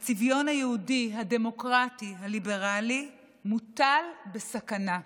הצביון היהודי, הדמוקרטי, הליברלי, נתון בסכנה.